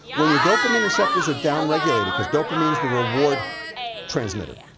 when your dopamine receptors are down regulated, cause dopamine is the reward transmitter,